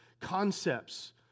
concepts